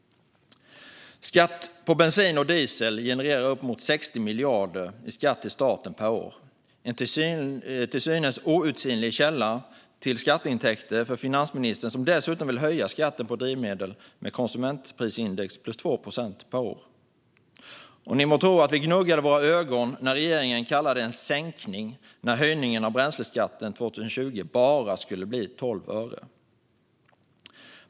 Skatt på bensin och diesel genererar uppemot 60 miljarder till staten per år - en till synes outsinlig källa till skatteintäkter för finansministern, som dessutom vill höja skatten på drivmedel med konsumentprisindex plus 2 procent per år. Ni må tro att vi gnuggade våra ögon när regeringen kallade det en sänkning när höjningen av bränsleskatten 2020 skulle bli bara 12 öre.